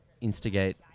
instigate